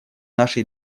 нашей